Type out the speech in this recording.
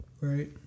Right